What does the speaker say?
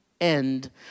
end